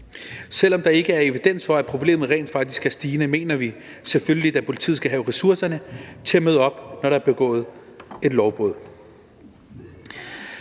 Selv om der ikke er evidens for, at problemet rent faktisk er stigende, mener vi selvfølgelig, at politiet skal have ressourcerne til at møde op, når der er begået et lovbrud.